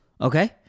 okay